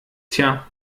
tja